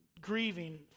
Grieving